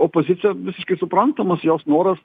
opozicija visiškai suprantamas jos noras